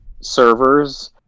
servers